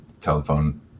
telephone